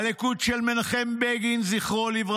הליכוד של מנחם בגין ז"ל,